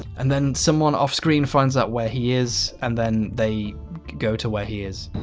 and then someone off-screen finds out where he is and then they go to where he is.